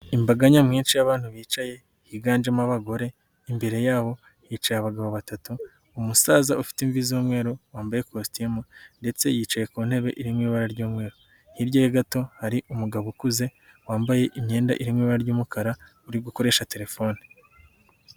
Imbaga nyamwinshi y'abantu bicaye higanjemo abagore imbere yabo hicaye abagabo batatu, umusaza ufite imvi z'umweru, wambaye ikositimu, ndetse yicaye ku ntebe irimo ibara ry'umweru, hirya ye gato hari umugabo ukuze wambaye imyenda iri mu ibara ry'umukara uri gukoresha telefone.